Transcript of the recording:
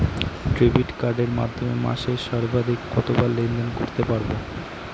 Debit কার্ডের মাধ্যমে মাসে সর্বাধিক কতবার লেনদেন করতে পারবো?